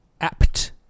apt